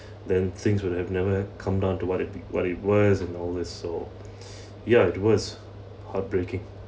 then things would have never come down to what it what it was and always so ya it was heartbreaking